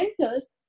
centers